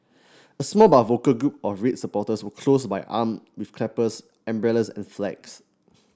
a small but vocal group of red supporters were close by armed with clappers umbrellas and flags